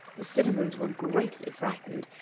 the citizens were greatly frightened,